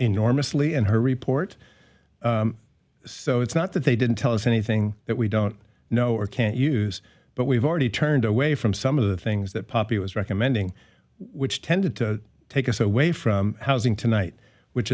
enormously in her report so it's not that they didn't tell us anything that we don't know or can't use but we've already turned away from some of the things that poppy was recommending which tended to take us away from housing tonight which